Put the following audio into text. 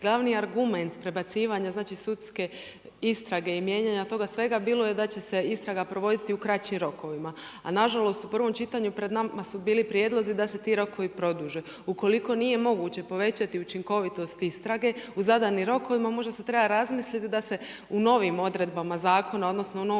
glavni argument s prebacivanja sudske istrage i mijenjanja toga svega bilo je da će se istraga provoditi u kraćim rokovima. A nažalost u prvom čitanju pred nama su bili prijedlozi da se ti rokovi produže. Ukoliko nije moguće povećati učinkovitost istrage u zadanim rokovima može se treba razmisliti da se u novim odredbama zakona odnosno u novom